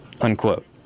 Unquote